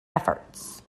efforts